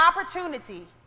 opportunity